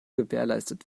gewährleistet